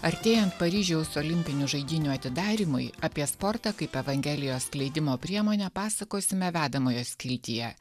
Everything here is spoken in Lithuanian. artėjant paryžiaus olimpinių žaidynių atidarymui apie sportą kaip evangelijos skleidimo priemonę pasakosime vedamojo skiltyje